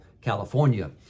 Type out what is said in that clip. California